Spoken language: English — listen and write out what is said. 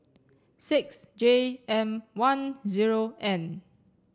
six J M one zero N